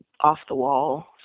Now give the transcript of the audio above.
off-the-wall